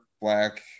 Black